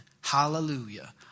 Hallelujah